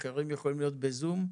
אחרים יכולים להיות בזום,